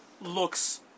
looks